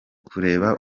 kureba